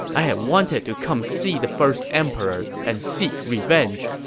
i had wanted to come see the first emperor and seek revenge,